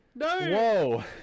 whoa